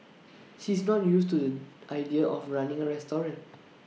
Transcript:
she's not used to the idea of running A restaurant